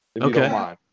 Okay